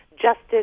justice